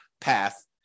path